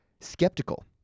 skeptical